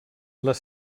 les